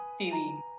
TV